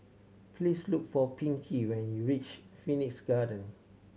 please look for Pinkie when you reach Phoenix Garden